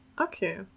Okay